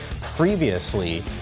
previously